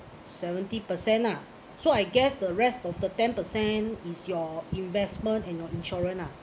seventy percent ah so I guess the rest of the ten percent is your investment and your insurance ah